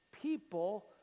People